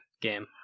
game